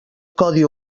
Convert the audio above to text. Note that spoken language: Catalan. codi